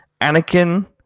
Anakin